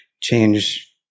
change